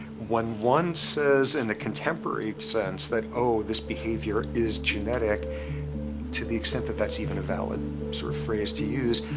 when one says in a contemporary sense that oh, this behavior is genetic to the extent that that's even a valid sort of phrase to use,